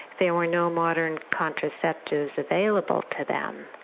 there were no modern contraceptives available to them.